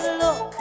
look